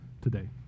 today